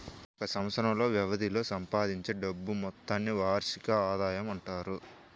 ఒక సంవత్సరం వ్యవధిలో సంపాదించే డబ్బు మొత్తాన్ని వార్షిక ఆదాయం అంటారు